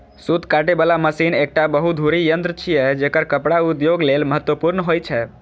सूत काटे बला मशीन एकटा बहुधुरी यंत्र छियै, जेकर कपड़ा उद्योग लेल महत्वपूर्ण होइ छै